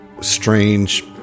strange